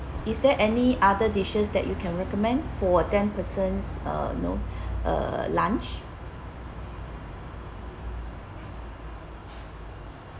is there any other dishes that you can recommend for ten person's uh you know uh lunch